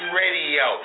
radio